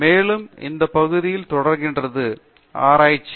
மேலும் அந்த பகுதியில் தொடர்கிறது ஆராய்ச்சி